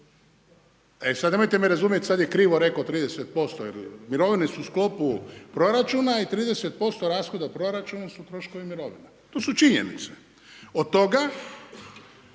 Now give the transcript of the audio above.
E sad nemojte me razumjeti, sad je krivo rekao 30%, jer mirovine su u sklopu proračuna i 30% rashoda u proračunu su troškovi mirovina. To su činjenice, od toga,